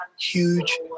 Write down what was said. huge